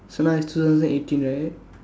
so now is two thousand eighteen right